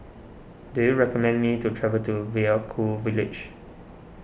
do you recommend me to travel to Vaiaku Village